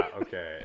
okay